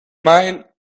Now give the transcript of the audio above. mine